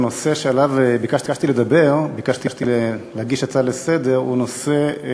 הנושא שעליו ביקשתי לדבר ועליו ביקשתי להגיש הצעה לסדר-היום הוא הנושא: